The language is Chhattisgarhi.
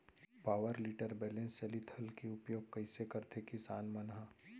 पावर टिलर बैलेंस चालित हल के उपयोग कइसे करथें किसान मन ह?